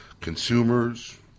consumers